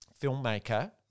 filmmaker